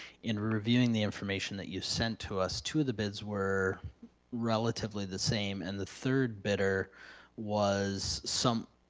in reviewing the information that you sent to us, two of the bids were relatively the same, and the third bidder was some,